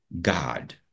God